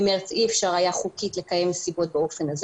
מחודש מארס אי אפשר היה חוקית לקיים מסיבות באופן הזה